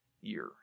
year